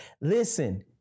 listen